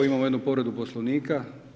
Imamo jednu povredu Poslovnika.